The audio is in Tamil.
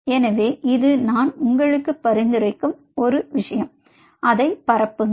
எனவே இது நான் உங்களுக்கு பரிந்துரைக்கும் ஒரு விஷயம் அதை பரப்புங்கள்